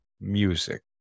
music